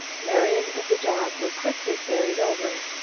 marian and the dog were quickly ferried over.